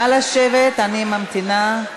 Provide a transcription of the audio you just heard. נא לשבת, אני ממתינה.